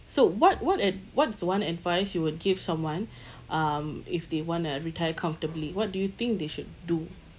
so what what ad~ what is one advice you would give someone um if they wanna retire comfortably what do you think they should do